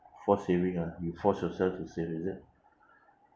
forced saving lah you force yourself to save is it